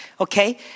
okay